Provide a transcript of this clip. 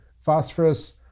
phosphorus